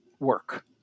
work